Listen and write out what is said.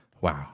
Wow